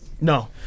No